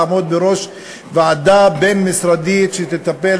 לעמוד בראש ועדה בין-משרדית שתטפל